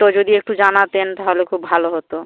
তো যদি একটু জানাতেন তাহালে খুব ভালো হতো